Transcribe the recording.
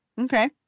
Okay